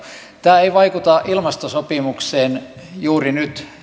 tämä ei vaikuta ilmastosopimukseen juuri nyt